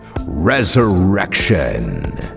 Resurrection